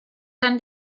ten